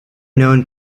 known